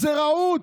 זה רוע.